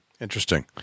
Interesting